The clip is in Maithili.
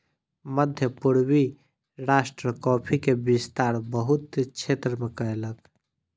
मध्य पूर्वी राष्ट्र कॉफ़ी के विस्तार बहुत क्षेत्र में कयलक